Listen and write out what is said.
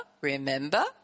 remember